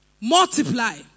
multiply